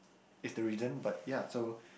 is the reason but ya so